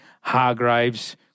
Hargraves